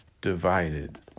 divided